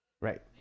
Right